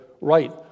right